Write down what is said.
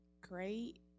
great